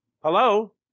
Hello